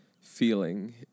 feeling